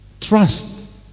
trust